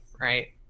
Right